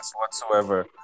whatsoever